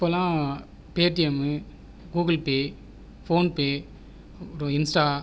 இப்போவெல்லாம் Paytm Google Pay PhonePe அப்புறம் Insta